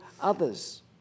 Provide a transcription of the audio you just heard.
others